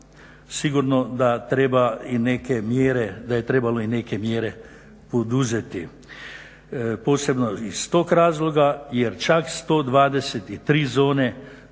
sigurno da je trebalo i neke mjere poduzeti, posebno iz tog razloga jer čak 123 zone nije